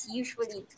usually